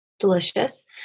delicious